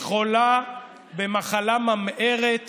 היא חולה במחלה ממארת